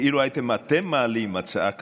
ואילו הייתם אתם מעלים הצעה כזו,